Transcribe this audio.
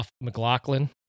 McLaughlin